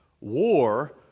war